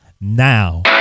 now